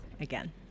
again